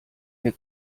mir